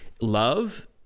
Love